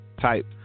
type